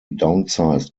downsized